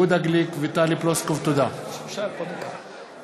יהודה גליק וטלי פלוסקוב בנושא: העברת